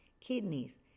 kidneys